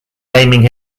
naming